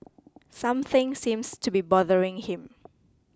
something seems to be bothering him